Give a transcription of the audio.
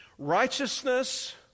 Righteousness